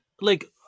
like-